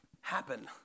happen